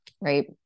right